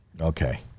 Okay